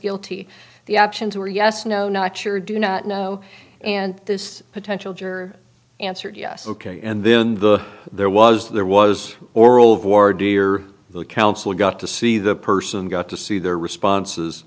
guilty the options were yes no not sure do not know and this potential juror answered yes ok and then the there was there was oral for deer the counsel got to see the person got to see their responses